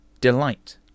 delight